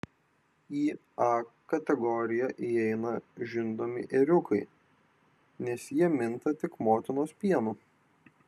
į a kategoriją įeina žindomi ėriukai nes jie minta tik motinos pienu